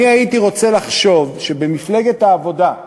אני הייתי רוצה לחשוב שבמפלגת העבודה,